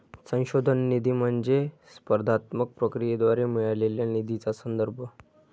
संशोधन निधी म्हणजे स्पर्धात्मक प्रक्रियेद्वारे मिळालेल्या निधीचा संदर्भ